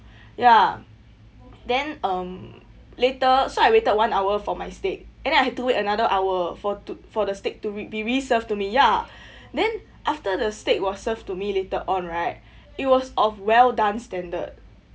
ya then um later so I waited one hour for my steak and then I had to wait another hour for to for the steak to re~ be reserve to me ya then after the steak was served to me later on right it was of well done standard